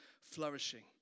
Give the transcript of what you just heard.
flourishing